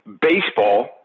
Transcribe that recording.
Baseball